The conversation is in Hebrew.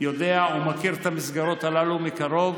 אתה יודע ומכיר את המסגרות הללו מקרוב.